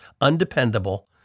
undependable